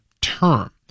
term